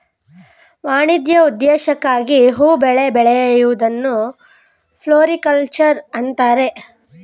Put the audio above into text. ವಾಣಿಜ್ಯ ಉದ್ದೇಶಕ್ಕಾಗಿ ಹೂ ಬೆಳೆ ಬೆಳೆಯೂದನ್ನು ಫ್ಲೋರಿಕಲ್ಚರ್ ಅಂತರೆ